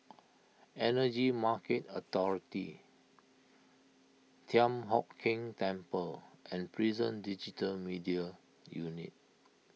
Energy Market Authority Thian Hock Keng Temple and Prison Digital Media Unit